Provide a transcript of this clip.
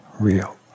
real